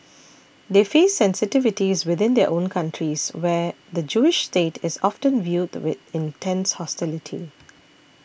they face sensitivities within their own countries where the Jewish state is often viewed with intense hostility